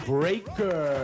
Breaker